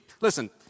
Listen